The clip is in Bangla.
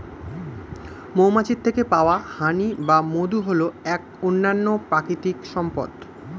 মৌমাছির থেকে পাওয়া হানি বা মধু হল এক অনন্য প্রাকৃতিক সম্পদ